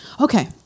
okay